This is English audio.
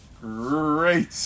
great